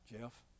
Jeff